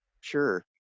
sure